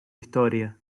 historia